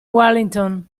wellington